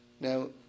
Now